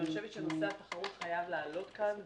אבל אני חושבת שנושא התחרות חייב לעלות כאן,